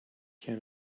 can